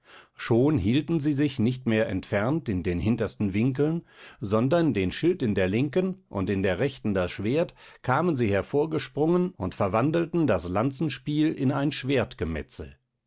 schon hielten sie sich nicht mehr entfernt in den hintersten winkeln sondern den schild in der linken und in der rechten das schwert kamen sie hervorgesprungen und verwandelten das lanzenspiel in ein